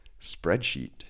spreadsheet